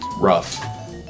rough